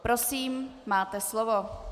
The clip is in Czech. Prosím, máte slovo.